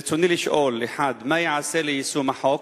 ברצוני לשאול: 1. מה ייעשה ליישום החוק?